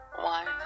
one